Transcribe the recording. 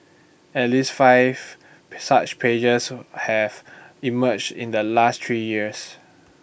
at least five such pages have emerged in the last three years